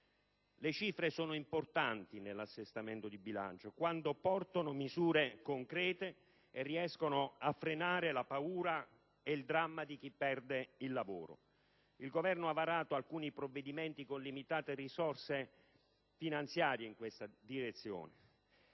le cifre sono importanti nell'assestamento di bilancio quando portano misure concrete e riescono a frenare la paura e il dramma di chi perde il lavoro. Il Governo ha varato alcuni provvedimenti con limitate risorse finanziarie, ma ha anche